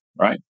right